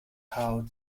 how